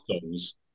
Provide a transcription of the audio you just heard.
songs